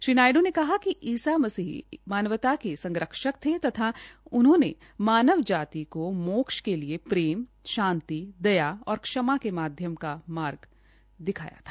श्री नायडू ने कहा कि ईसा मसीह मानवता के संरक्षण थे तथा उन्होने मानवजाति को मोक्ष के लिए प्रेम दया और क्षमा के मार्ग दिखाया था